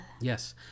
yes